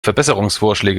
verbesserungsvorschläge